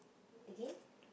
again